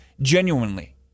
genuinely